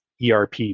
ERP